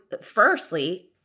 firstly